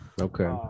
Okay